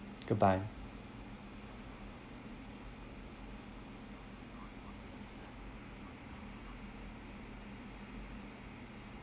goodbye